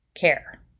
care